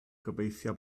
gobeithio